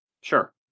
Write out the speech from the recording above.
Sure